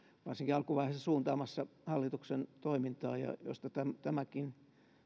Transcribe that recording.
varsinkin alkuvaiheessa suuntaamassa hallituksen toimintaa ja josta tämäkin